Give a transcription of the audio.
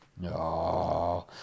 no